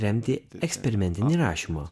remti eksperimentinį rašymą